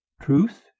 truth